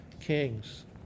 Kings